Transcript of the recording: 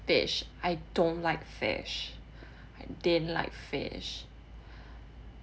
fish I don't like fish I didn't like fish